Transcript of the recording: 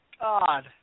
God